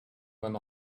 went